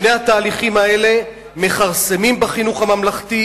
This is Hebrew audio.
שני התהליכים האלה מכרסמים בחינוך הממלכתי